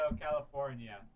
California